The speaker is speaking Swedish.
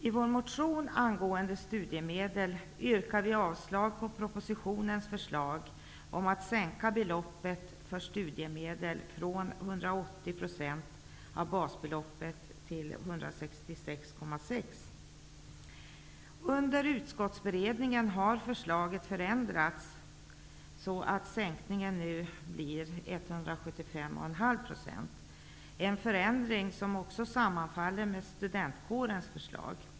I vår motion om studiemedel yrkar vi avslag på propositionens förslag om en sänkning av beloppet för studiemedel från 180 % till 166,6 % av basbeloppet. Under utskottsberedningens gång har förslaget förändrats. Nu blir det en sänkning till 175,5 %-- en förändring som sammanfaller med Studentkårens förslag.